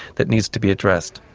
that needs to be addressed.